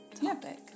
topic